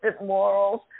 morals